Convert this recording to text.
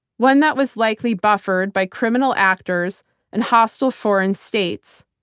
one that was likely buffered by criminal actors and hostile foreign states.